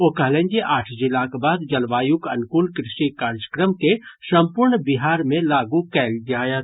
ओ कहलनि जे आठ जिलाक बाद जलवायुक अनुकूल कृषि कार्यक्रम के संपूर्ण बिहार मे लागू कयल जायत